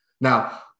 Now